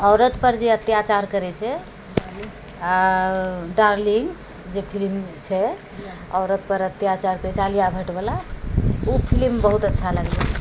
औरतपर जे अत्याचार करै छै आओर डार्लिंग्स जे फिलिम छै औरतपर अत्याचार करै छै आलिया भट्टवला ओ फिलिम बहुत अच्छा लागलै